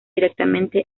directamente